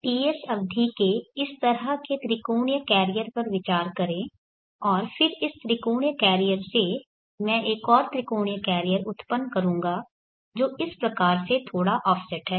Ts अवधि के इस तरह के त्रिकोणीय कैरियर पर विचार करें और फिर इस त्रिकोणीय कैरियर से मैं एक और त्रिकोणीय कैरियर उत्पन्न करूंगा जो इस प्रकार से थोड़ा ऑफसेट है